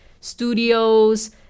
studios